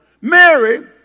Mary